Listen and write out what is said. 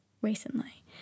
recently